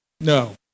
No